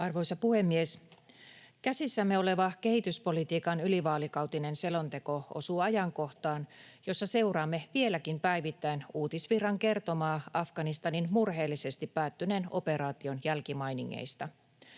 Arvoisa puhemies! Käsissämme oleva kehityspolitiikan ylivaalikautinen selonteko osuu ajankohtaan, jossa seuraamme vieläkin päivittäin uutisvirran kertomaa Afganistanin murheellisesti päättyneen operaation jälkimainingeista.